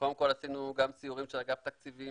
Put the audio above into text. קודם כל עשינו גם סיורים של אגף התקציבים,